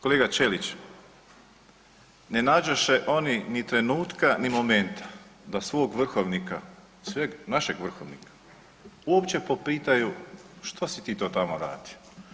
Kolega Ćelić ne nađoše oni ni trenutka, ni momenta da svog vrhovnika, našeg vrhovnika uopće popitaju što si ti to tamo radio?